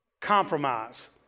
Compromise